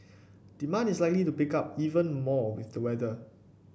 demand is likely to pick up even more with the weather